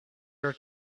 your